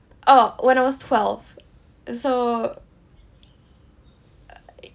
oh when I was twelve so uh I